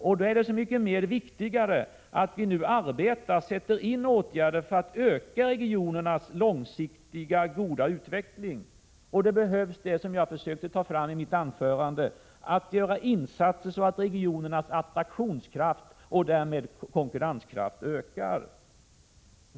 Därför är det desto viktigare att vi nu vidtar åtgärder för att öka möjligheterna för en långsiktig och god utveckling i regionerna. Som jag sade i mitt huvudanförande krävs insatser för att öka regionernas attraktionskraft och därmed konkurrenskraft.